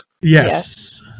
Yes